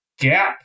Gap